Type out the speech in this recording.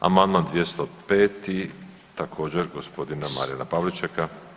Amandman 205 također gospodina Marijana Pavličeka.